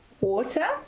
water